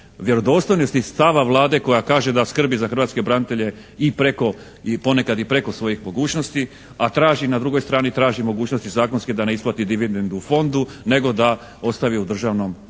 vjerodostojnosti stava Vlade koja kaže da skrbi za hrvatske branitelje ponekad i preko svojih mogućnosti a traži, na drugoj strani traži mogućnosti zakonske da ne isplati dividendu fondu nego da ostavi u državnom proračunu.